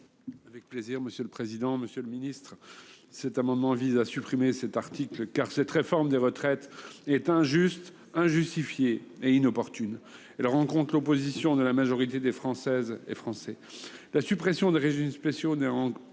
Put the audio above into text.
Jacquin, pour présenter l'amendement n° 808. Cet amendement vise à supprimer l'article 1, car cette réforme des retraites est injuste, injustifiée et inopportune. Elle rencontre l'opposition de la majorité des Françaises et des Français. La suppression des régimes spéciaux ne peut